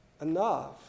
enough